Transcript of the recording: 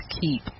keep